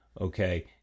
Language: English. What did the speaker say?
okay